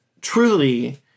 truly